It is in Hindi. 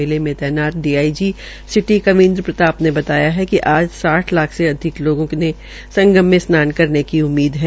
मेले में तैनात डीआईजी सिटी कविन्द्र प्रताप ने बताया कि आज साठ लाख से अधिक लोगों के संगम में स्नान करने की उम्मीद है